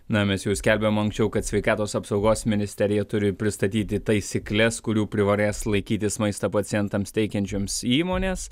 na mes jau skelbėm anksčiau kad sveikatos apsaugos ministerija turi pristatyti taisykles kurių privalės laikytis maistą pacientams teikiančioms įmonės